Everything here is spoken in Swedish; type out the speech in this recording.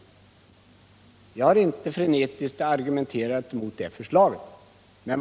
Jag har inte frenetiskt argumenterat mot utredningens förslag.